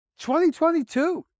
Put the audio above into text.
2022